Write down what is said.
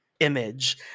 image